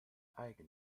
einige